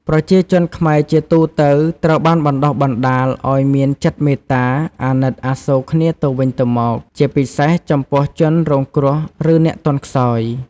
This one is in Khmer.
ប្រជាជនខ្មែរជាទូទៅត្រូវបានបណ្ដុះបណ្ដាលឱ្យមានចិត្តមេត្តា អាណិតអាសូរគ្នាទៅវិញទៅមក ជាពិសេសចំពោះជនរងគ្រោះ ឬអ្នកទន់ខ្សោយ។